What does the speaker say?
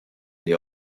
the